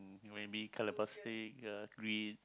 maybe